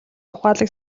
ухаалаг